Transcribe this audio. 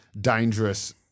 dangerous